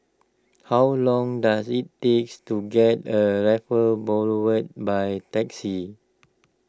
how long does it takes to get to Raffles Boulevard by taxi